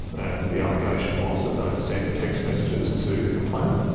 and the allegation was that they had sent text messages to the complainant,